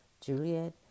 Juliet